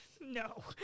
No